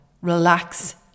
relax